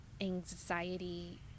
anxiety